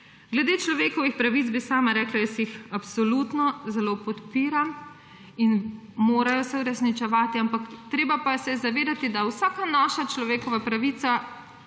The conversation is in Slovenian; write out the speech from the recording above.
Glede človekovih pravic bi sama rekla, da jih absolutno zelo podpiram in se morajo uresničevati, ampak treba se je zavedati, da vsaka naša človekova pravica